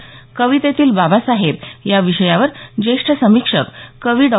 कवितेतील बाबासाहेब या विषयावर ज्येष्ठ समीक्षक कवी डॉ